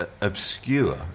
obscure